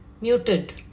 muted